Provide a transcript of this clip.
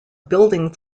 building